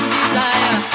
desire